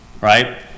right